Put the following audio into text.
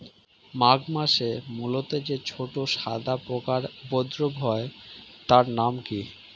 মাঘ মাসে মূলোতে যে ছোট সাদা পোকার উপদ্রব হয় তার নাম কি?